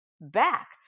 back